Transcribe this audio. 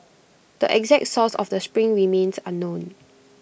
the exact source of the spring remains unknown